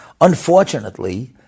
Unfortunately